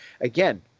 again